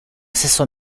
stesso